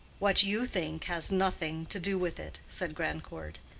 what you think has nothing to do with it, said grandcourt,